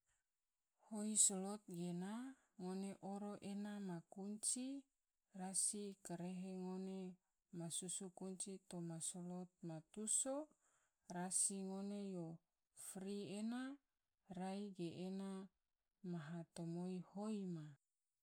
Hoi solot gena ngone oro ena ma kunci rasi karehe ngone so ma susu kunci toma slot ma tuso, rasi ngone yo fri ena, rai ge ena maha tamoi hoi ma.